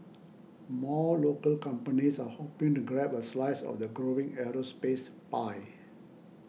more local companies are hoping to grab a slice of the growing aerospace pie